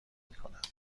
میکند